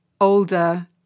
older